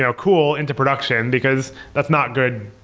ah cool into production, because that's not good